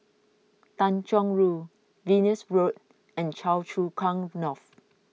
Tanjong Rhu Venus Road and Choa Chu Kang North